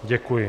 Děkuji.